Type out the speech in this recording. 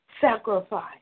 sacrifice